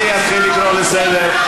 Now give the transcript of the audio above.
אני אתחיל לקרוא לסדר.